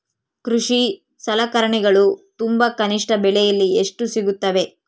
ಕೃಷಿ ಸಲಕರಣಿಗಳು ತುಂಬಾ ಕನಿಷ್ಠ ಬೆಲೆಯಲ್ಲಿ ಎಲ್ಲಿ ಸಿಗುತ್ತವೆ?